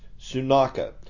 Sunaka